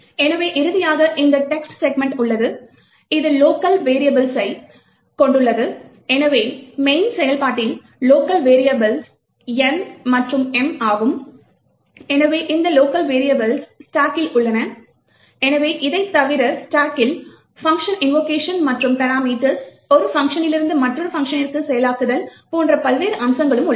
எனவே இறுதியாக இந்த text செக்மென்ட் உள்ளது இது லோக்கல் வெரியபிள்ஸை கொண்டது எனவே main செயல்பாட்டில் லோக்கல் வெரியபிள்ஸ் N மற்றும் M ஆகும் எனவே இந்த லோக்கல் வெரியபிள்ஸ் ஸ்டாக்கில் உள்ளன எனவே இவை தவிர ஸ்டாக்கில் பங்ஷன் இன்வோகேஷன் மற்றும் பராமீட்டர்ஸ் ஒரு பங்ஷனிலிருந்து மற்றொரு பங்ஷனிற்கு செயலாக்குதல் போன்ற பல்வேறு அம்சங்களும் உள்ளன